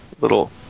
little